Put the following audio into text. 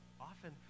often